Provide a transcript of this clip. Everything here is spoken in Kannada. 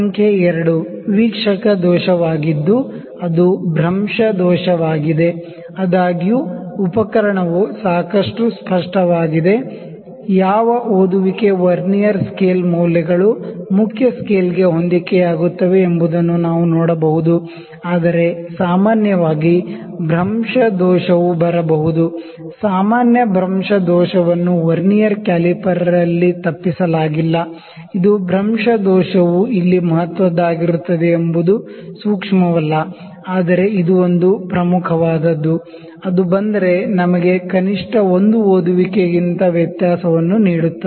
ಸಂಖ್ಯೆ 2 ವೀಕ್ಷಕ ದೋಷವಾಗಿದ್ದು ಅದು ಪ್ಯಾರಲಕ್ಸ್ ಎರರ್ ಆಗಿದೆ ಆದಾಗ್ಯೂ ಉಪಕರಣವು ಸಾಕಷ್ಟು ಸ್ಪಷ್ಟವಾಗಿದೆ ಯಾವ ರೀಡಿಂಗ್ ವರ್ನಿಯರ್ ಸ್ಕೇಲ್ ಮೌಲ್ಯಗಳು ಮುಖ್ಯ ಸ್ಕೇಲ್ಗೆ ಹೊಂದಿಕೆಯಾಗುತ್ತವೆ ಎಂಬುದನ್ನು ನಾವು ನೋಡಬಹುದು ಆದರೆ ಸಾಮಾನ್ಯವಾಗಿ ಪ್ಯಾರಲಕ್ಸ್ ಎರರ್ ಬರಬಹುದು ಸಾಮಾನ್ಯ ಪ್ಯಾರಲ್ಲಕ್ಸ್ ದೋಷವನ್ನು ವರ್ನಿಯರ್ ಕ್ಯಾಲಿಪರ್ನಲ್ಲಿ ತಪ್ಪಿಸಲಾಗಿಲ್ಲ ಇದು ಪ್ಯಾರಲ್ಲಕ್ಸ್ ಎರರ್ ಇಲ್ಲಿ ಮಹತ್ವದ್ದಾಗಿರುತ್ತದೆ ಎಂಬುದು ಸೂಕ್ಷ್ಮವಲ್ಲ ಆದರೆ ಇದು ಒಂದು ಪ್ರಮುಖವಾದದ್ದು ಅದು ಬಂದರೆ ಅದು ನಮಗೆ ಕನಿಷ್ಠ 1 ರೀಡಿಂಗ್ ಗಿಂತ ವ್ಯತ್ಯಾಸವನ್ನು ನೀಡುತ್ತದೆ